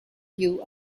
you